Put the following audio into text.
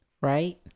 right